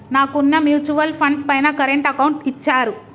నాకున్న mutual funds పైన current account ఇచ్చారు